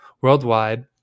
worldwide